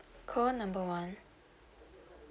call number one